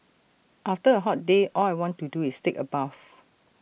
after A hot day all I want to do is take A bath